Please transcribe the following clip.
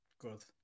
Good